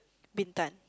Bintan